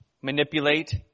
manipulate